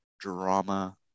drama